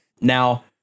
Now